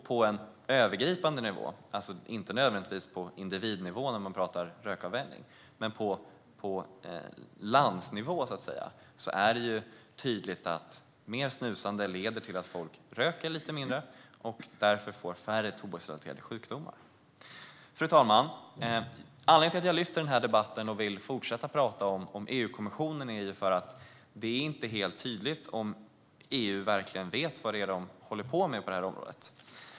På övergripande landsnivå - inte nödvändigtvis på individnivå när man talar om rökavvänjning - är det tydligt att mer snusande leder till att folk röker lite mindre och därför får färre tobaksrelaterade sjukdomar. Fru ålderspresident! Anledningen till att jag lyfter fram denna fråga och vill fortsätta att tala om EU-kommissionen är att det inte är helt tydligt om EU verkligen vet vad man håller på med på detta område.